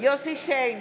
יוסף שיין,